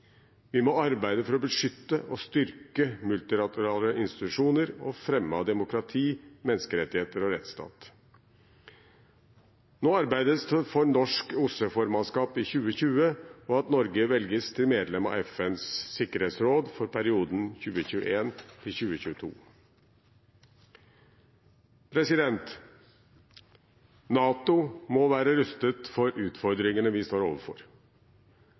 Vi må arbeide for å beskytte og styrke multilaterale institusjoner og fremme demokrati, menneskerettigheter og rettsstat. Nå arbeides det for norsk OSSE-formannskap i 2020 og at Norge velges til medlem av FNs sikkerhetsråd for perioden 2021 til 2022. NATO må være rustet for utfordringene vi står overfor.